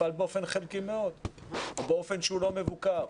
תפעל באופן חלקי מאוד או באופן שהוא לא מבוקר?